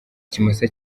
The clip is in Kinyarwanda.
ikimasa